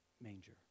manger